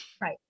Right